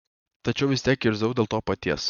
tačiau vis tiek irzau dėl to paties